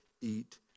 eat